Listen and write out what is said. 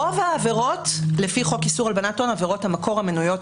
רוב העבירות לפי חוק איסור הלבנת הון עבירות המקור המנויות